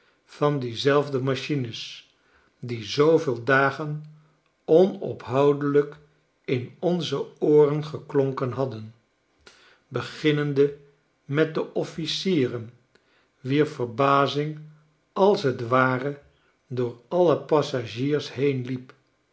van diezelfde machines die zooveel dagen onophoudelyk in onze ooren geklonken hadden beginnende met de offlcieren wier verbazing als t ware door al de passagiers heen